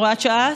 הוראת שעה,